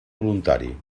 voluntari